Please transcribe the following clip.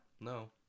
No